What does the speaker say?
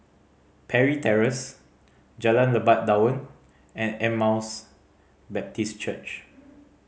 Parry Terrace Jalan Lebat Daun and Emmaus Baptist Church